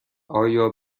آیا